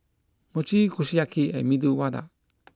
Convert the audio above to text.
Mochi Kushiyaki and Medu Vada